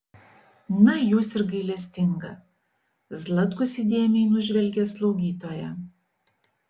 na jūs ir gailestinga zlatkus įdėmiai nužvelgė slaugytoją